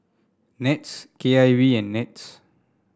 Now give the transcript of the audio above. NETS K I V and NETS